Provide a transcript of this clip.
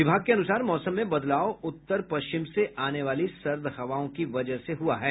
विभाग के अनुसार मौसम में बदलाव उत्तर पश्चिम से आने वाली सर्द हवाओं की वजह से हुआ है